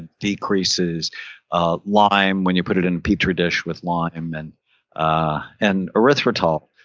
decreases ah lyme when you put it in petri dish with lyme. and ah and erythritol,